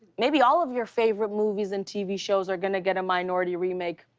maybe all of your favorite movies and tv shows are gonna get a minority remake.